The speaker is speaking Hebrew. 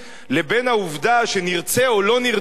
לבין העובדה נרצה או לא נרצה,